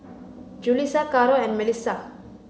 Julissa Caro and Milissa